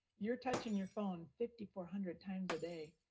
you're touching your phone fifty four hundred times a day.